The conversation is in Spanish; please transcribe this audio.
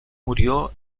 murió